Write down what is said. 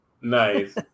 Nice